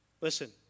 Listen